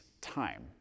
time